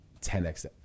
10x